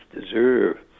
deserve